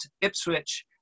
Ipswich